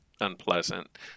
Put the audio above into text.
unpleasant